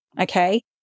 Okay